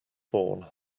born